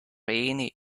raine